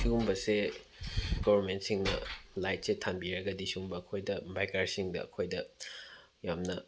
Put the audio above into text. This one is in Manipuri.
ꯁꯤꯒꯨꯝꯕꯁꯦ ꯒꯚꯔꯟꯃꯦꯟꯁꯤꯡꯅ ꯂꯥꯏꯠꯁꯦ ꯊꯥꯟꯕꯤꯔꯒꯗꯤ ꯁꯤꯒꯨꯝꯕ ꯑꯩꯈꯣꯏꯗ ꯕꯥꯏꯛꯀꯔꯁꯤꯡꯗ ꯑꯩꯈꯣꯏꯗ ꯌꯥꯝꯅ